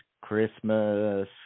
Christmas